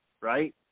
right